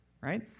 right